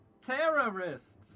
terrorists